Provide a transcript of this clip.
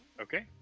Okay